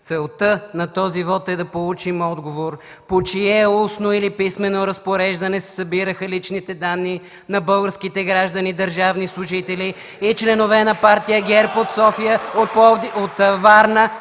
целта на този вот е да получим отговор по чие устно или писмено разпореждане се събираха личните данни на българските граждани държавни служители и членове на партия ГЕРБ от София (викове